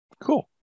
Cool